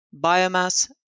biomass